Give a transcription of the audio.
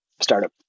startup